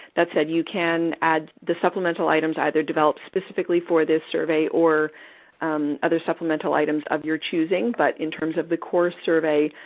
that said, you can add the supplemental items either developed specifically for this survey or other supplemental items of your choosing. but in terms of the core survey,